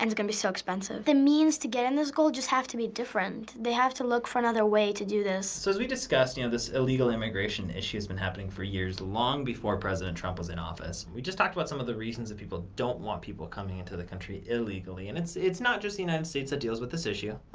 and it's gonna be so expensive. the means to get and this goal just have to be different. they have to look for another way to do this. so as we discussed, yeah this illegal immigration issue has been happening for years, long before president trump was in office. we just talked about some of the reasons that people don't want people coming into the country illegally, and it's it's not just the united states that deals with this issue.